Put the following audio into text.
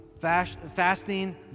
Fasting